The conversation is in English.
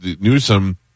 Newsom